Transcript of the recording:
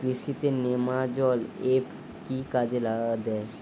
কৃষি তে নেমাজল এফ কি কাজে দেয়?